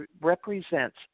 represents